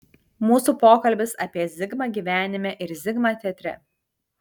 mūsų pokalbis apie zigmą gyvenime ir zigmą teatre